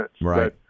right